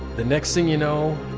the next thing you know